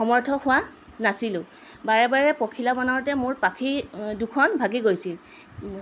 সমৰ্থক হোৱা নাছিলোঁ বাৰে বাৰে পখিলা বনাওঁতে মোৰ পাখি দুখন ভাঙি গৈছিল